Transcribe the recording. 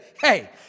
hey